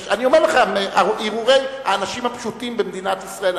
אני אומר לך מהרהורי האנשים הפשוטים במדינת ישראל.